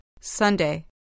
Sunday